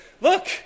look